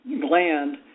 gland